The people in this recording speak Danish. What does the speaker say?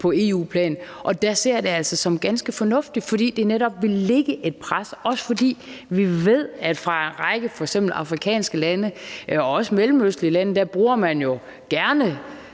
på EU-plan, og der ser jeg det altså som ganske fornuftigt, fordi det netop vil lægge et pres, også fordi vi ved, at man i en række f.eks. afrikanske og også mellemøstlige lande fra – kan man sige